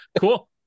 Cool